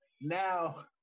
Now